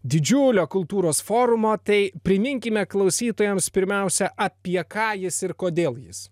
didžiulio kultūros forumo tai priminkime klausytojams pirmiausia apie ką jis ir kodėl jis